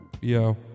Yo